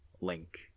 Link